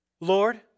Lord